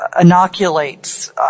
inoculates